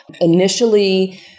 Initially